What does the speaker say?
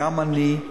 גם אני,